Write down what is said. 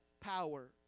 power